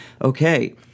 okay